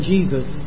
Jesus